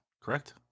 correct